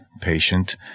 patient